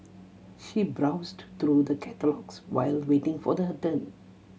she browsed through the catalogues while waiting for her turn